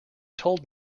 told